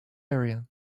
area